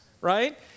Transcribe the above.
right